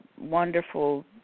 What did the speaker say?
wonderful